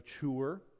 mature